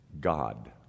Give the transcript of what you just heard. God